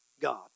God